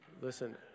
listen